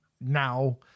now